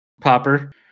Popper